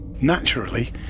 Naturally